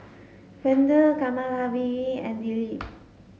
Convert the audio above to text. Vedre Kamaladevi and Dilip